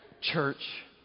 church